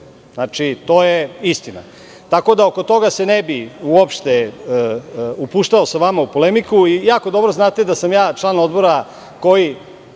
To je istina. Oko toga se ne bih uopšte upuštao sa vama u polemiku. Jako dobro znate da sam ja član Odbora koji